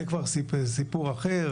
זה כבר סיפור אחר,